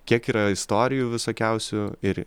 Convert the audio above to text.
kiek yra istorijų visokiausių ir